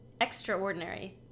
Extraordinary